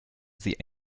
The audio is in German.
sie